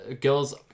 girls